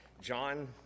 John